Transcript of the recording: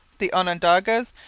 the onondagas,